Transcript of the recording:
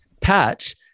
patch